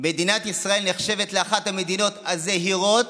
מדינת ישראל נחשבת אחת המדינות הזהירות